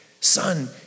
Son